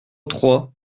trois